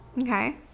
okay